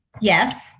Yes